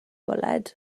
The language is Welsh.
bwled